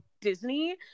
Disney